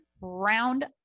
round